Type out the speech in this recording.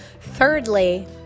thirdly